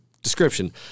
Description